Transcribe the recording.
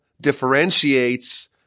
differentiates